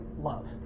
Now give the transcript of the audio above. love